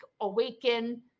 awaken